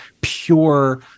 pure